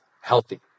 healthy